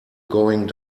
going